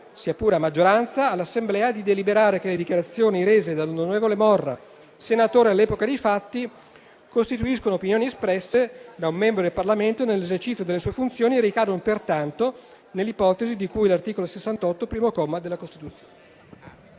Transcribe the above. sia pure a maggioranza, all'Assemblea di deliberare che le dichiarazioni rese dell'onorevole Morra, senatore all'epoca dei fatti, costituiscono opinioni espresse da un membro del Parlamento nell'esercizio delle sue funzioni e ricadono pertanto nell'ipotesi di cui l'articolo 68, primo comma, della Costituzione.